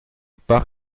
part